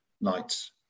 nights